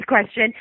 question